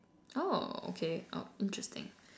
oh okay oh interesting